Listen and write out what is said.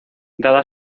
dada